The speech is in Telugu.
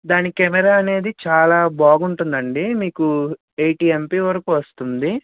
దాని కెమెరా అనేది చాలా బాగుంటుందండి మీకు ఎయిటీ ఎమ్పి వరకూ వస్తుంది